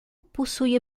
possui